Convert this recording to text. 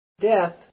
Death